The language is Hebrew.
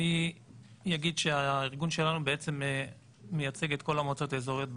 אני אגיד שהארגון שלנו מייצג את כל המועצות האזוריות בארץ,